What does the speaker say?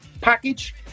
package